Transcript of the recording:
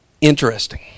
interesting